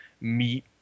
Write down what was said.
meat